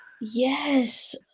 Yes